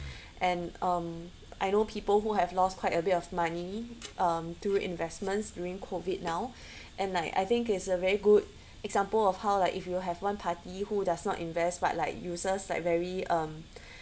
and um I know people who have lost quite a bit of money um to investments during COVID it now and like I think it's a very good example of how like if you have one party who does not invest but like uses like very um